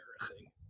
embarrassing